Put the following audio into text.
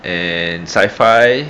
and sci-fi